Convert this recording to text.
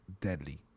deadly